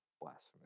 Blasphemous